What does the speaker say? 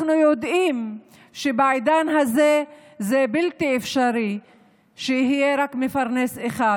אנחנו יודעים שבעידן הזה זה בלתי אפשרי שיהיה רק מפרנס אחד